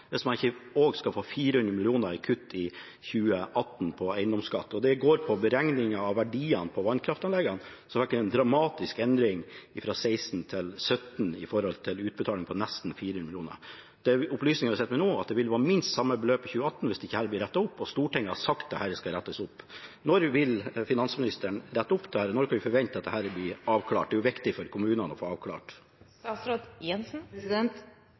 hvis man ikke også skal få 400 mill. kr i kutt på eiendomsskatt i 2018. Det går på beregninger av verdiene på vannkraftanleggene, som fikk en dramatisk endring fra 2016 til 2017, en utbetaling på nesten 400 mill. kr. Med de opplysningene vi sitter med nå, vil det være minst samme beløp i 2018 hvis ikke dette rettes opp, og Stortinget har sagt at dette skal rettes opp. Når vil finansministeren rette dette opp, når kan vi forvente at dette blir avklart? Det er jo viktig for kommunene å få avklart